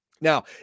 Now